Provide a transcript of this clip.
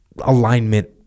alignment